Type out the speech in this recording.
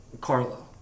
Carlo